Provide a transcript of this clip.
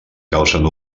causen